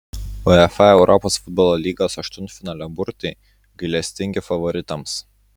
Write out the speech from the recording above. uefa europos futbolo lygos aštuntfinalio burtai gailestingi favoritams